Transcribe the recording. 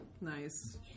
Nice